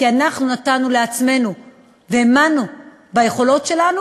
כי אנחנו נתנו לעצמנו והאמנו ביכולות שלנו,